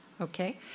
Okay